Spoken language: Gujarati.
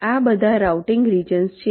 આ બધા રાઉટીંગ રિજન્સ છે